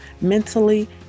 mentally